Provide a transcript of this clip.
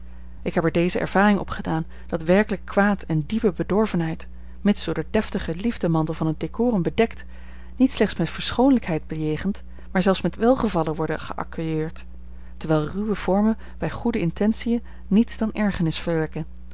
ik heb er deze ervaring opgedaan dat werkelijk kwaad en diepe bedorvenheid mits door den deftigen liefdemantel van het decorum bedekt niet slechts met verschoonlijkheid bejegend maar zelfs met welgevallen worden geaccueilleerd terwijl ruwe vormen bij goede intentiën niets dan ergernis verwekken